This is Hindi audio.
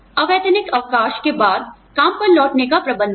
अवैतनिक अवकाश के बाद काम पर लौटने का प्रबंधन